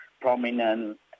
prominent